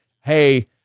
hey